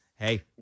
Hey